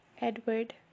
Edward